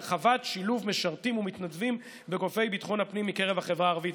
הרחבת שילוב משרתים ומתנדבים בגופי ביטחון הפנים מקרב החברה הערבית.